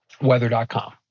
weather.com